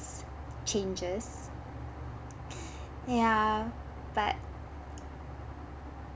changes yeah but